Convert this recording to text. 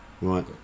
right